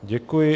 Děkuji.